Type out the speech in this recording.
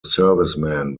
servicemen